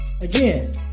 Again